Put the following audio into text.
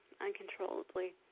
uncontrollably